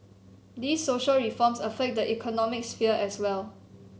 these social reforms affect the economic sphere as well